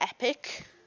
Epic